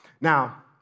Now